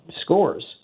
scores